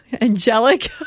angelic